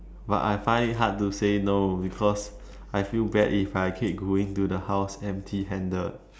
but I find it hard to say no because I feel bad if I keep going to the house empty handed